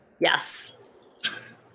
Yes